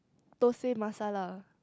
thosai masala